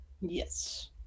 Yes